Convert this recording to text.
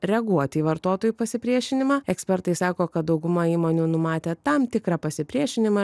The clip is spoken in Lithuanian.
reaguoti į vartotojų pasipriešinimą ekspertai sako kad dauguma įmonių numatė tam tikrą pasipriešinimą